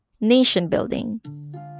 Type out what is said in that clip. nation-building